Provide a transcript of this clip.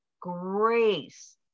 grace